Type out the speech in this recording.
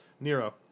Nero